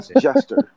jester